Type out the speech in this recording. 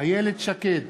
איילת שקד,